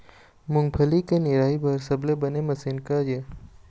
मूंगफली के निराई बर सबले बने मशीन का ये?